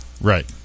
Right